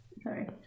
sorry